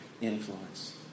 influence